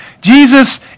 Jesus